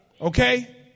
Okay